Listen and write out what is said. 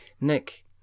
Nick